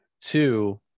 two